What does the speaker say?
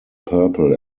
purple